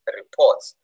reports